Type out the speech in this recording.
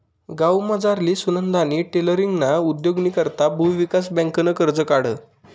गावमझारली सुनंदानी टेलरींगना उद्योगनी करता भुविकास बँकनं कर्ज काढं